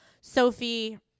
Sophie